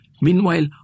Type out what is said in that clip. Meanwhile